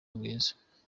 bwiza